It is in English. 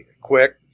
Quick